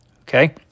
Okay